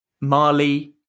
Mali